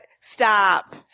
stop